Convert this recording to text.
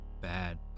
bad